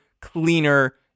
cleaner